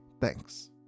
Thanks